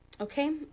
Okay